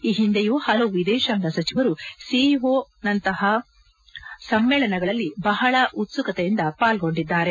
ಈ ಹಿಂದೆಯೂ ಹಲವು ವಿದೇಶಾಂಗ ಸಚಿವರು ಎಸ್ಇಓನಂತಹ ಸಮ್ಮೇಳನಗಳಲ್ಲಿ ಬಹಳ ಉತ್ಪುಕತೆಯಿಂದ ಪಾಲ್ಗೊಂಡಿದ್ದಾರೆ